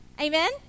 Amen